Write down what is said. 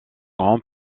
grand